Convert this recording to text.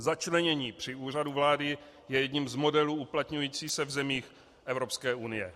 Začlenění při Úřadu vlády je jedním z modelů uplatňujících se v zemích Evropské unie.